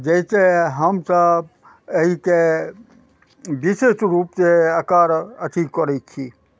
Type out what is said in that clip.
जैसँ हमसब एहिके विशेष रूपसँ एकर अथी करय छी